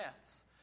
myths